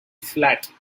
flat